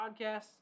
podcasts